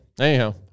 anyhow